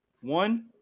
one